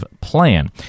Plan